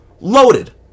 loaded